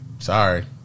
Sorry